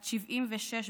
בת 76 במותה,